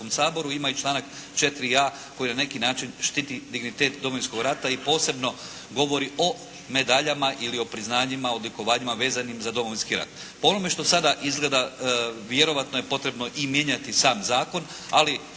ima i članak 4a. koji na neki način štiti dignitet Domovinskog rata i posebno govori o medaljama i priznanjima, odlikovanjima vezanim za Domovinski rat. Po ovome što sada izgleda vjerojatno je potrebno i mijenjati sam zakon ali